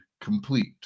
complete